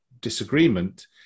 disagreement